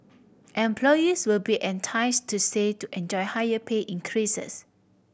employees will be enticed to stay to enjoy higher pay increases